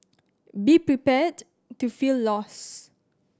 be prepared to feel lost